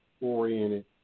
oriented